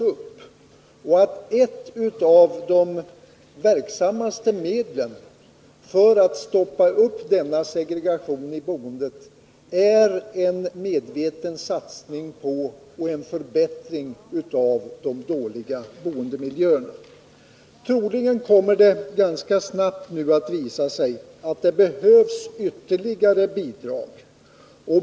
Ett av de verksammaste medlen för att stoppa denna segregation i boendet är en medveten satsning på en förbättring av de dåliga boendemiljöerna. Troligen kommer det nu ganska snart att visa sig att det behövs ytterligare bidrag.